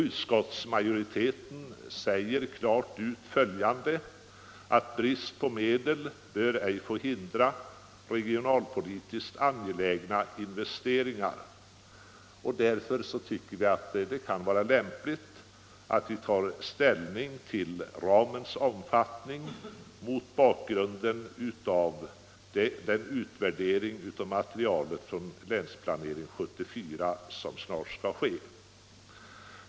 Utskottsmajoriteten säger klart ut följande: ”Brist på medel bör ej få hindra regionalpolitiskt angelägna etableringar.” Därför kan det vara lämpligt att vi tar ställning till ramens omfattning mot bakgrund av den utvärdering av materialet från Länsplanering 74 som snart skall göras.